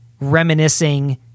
reminiscing